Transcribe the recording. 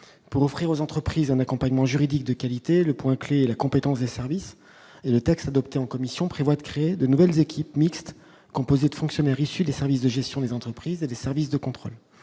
Pour offrir aux entreprises un accompagnement juridique de qualité, le point clé la compétence des services et le texte adopté en commission prévoit de créer de nouvelles équipes mixtes, composées de fonctionnaires issus des services de gestion des entreprises et des services de contrôle